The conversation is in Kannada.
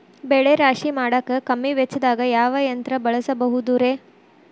ಬೆಳೆ ರಾಶಿ ಮಾಡಾಕ ಕಮ್ಮಿ ವೆಚ್ಚದಾಗ ಯಾವ ಯಂತ್ರ ಬಳಸಬಹುದುರೇ?